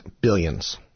Billions